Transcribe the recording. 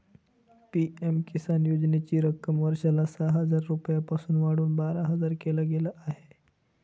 PM Kisan योजनेची रक्कम वर्षाला सहा हजार रुपयांपासून वाढवून बारा हजार केल गेलं आहे